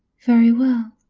very well.